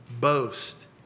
boast